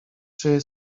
czy